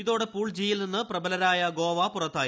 ഇതോടെ പൂൾ ജിയിൽനിന്ന് പ്രബലരായ ഗോവ പുറത്തായി